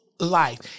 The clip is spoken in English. Life